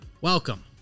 Welcome